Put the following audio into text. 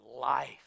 life